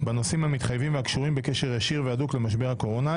בנושאים המתחייבים והקשורים בקשר ישיר והדוק למשבר הקורונה,